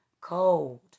cold